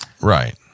Right